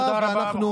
קואליציה ואופוזיציה,